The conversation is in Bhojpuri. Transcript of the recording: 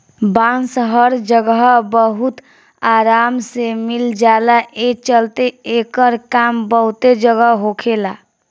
बांस हर जगह बहुत आराम से मिल जाला, ए चलते एकर काम बहुते जगह होखेला